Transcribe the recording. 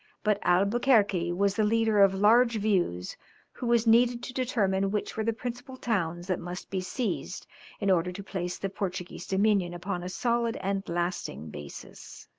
but albuquerque was the leader of large views who was needed to determine which were the principal towns that must be seized in order to place the portuguese dominion upon a solid and lasting basis.